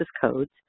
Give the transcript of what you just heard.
codes